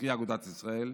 קרי אגודת ישראל,